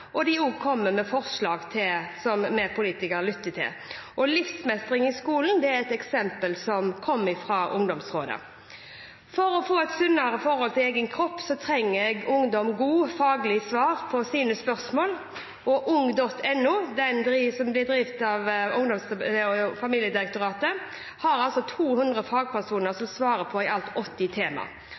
og de kommer med forslag som vi politikere lytter til. Livsmestring i skolen er et slikt eksempel som kom fra ungdomsrådene. For å få et sunnere forhold til egen kropp trenger ungdom gode, faglige svar på sine spørsmål. Svartjenesten ung.no, som blir drevet av Barne-, ungdoms- og familiedirektoratet, har 200 fagpersoner som svarer på i alt 80 temaer.